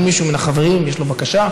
האם מישהו מן החברים יש לו בבקשה?